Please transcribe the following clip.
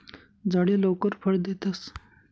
झाडे लवकर फळ देतस